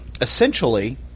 essentially